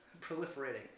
proliferating